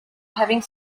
having